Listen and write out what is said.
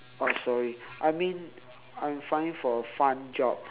oh sorry I mean I'm finding for a fun job